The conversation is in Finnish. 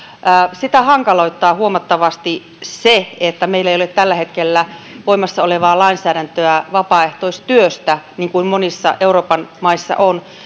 sitä hankaloittaa huomattavasti se että meillä ei ole tällä hetkellä voimassa olevaa lainsäädäntöä vapaaehtoistyöstä niin kuin monissa euroopan maissa on